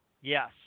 Yes